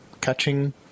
catching